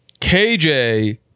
KJ